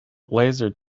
laser